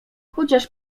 chociaż